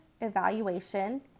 evaluation